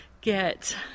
get